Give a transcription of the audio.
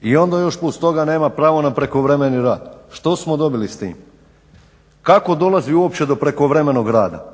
I onda još plus toga nema pravo na prekovremeni rad, što smo dobili s tim, kako dolazi uopće do prekovremenog rada?